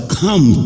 come